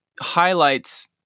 highlights